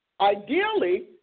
Ideally